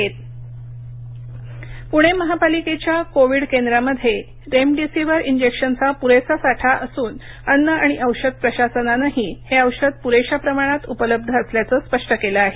प्रणे मनपा प्रणे महापालिकेच्या कोविड केंद्रामध्ये रेमिडीसीव्हर इंजेक्शनचा पुरेसा साठा असून अन्न आणि औषध प्रशासनानेही हे औषध पुरेशा प्रमाणात उपलब्ध असल्याचं स्पष्ट केलं आहे